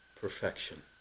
Perfection